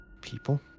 people